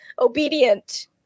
obedient